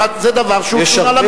שהוא תלונה למשטרה.